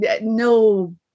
no